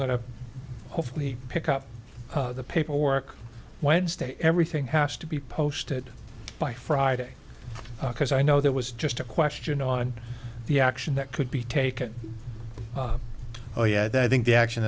going to hopefully pick up the paper work wednesday everything has to be posted by friday because i know there was just a question on the action that could be taken oh yeah i think the action